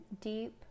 deep